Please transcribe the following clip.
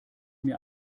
mir